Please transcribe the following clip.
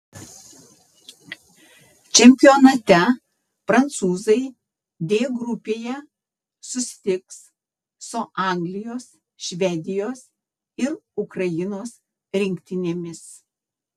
čempionate prancūzai d grupėje susitiks su anglijos švedijos ir ukrainos rinktinėmis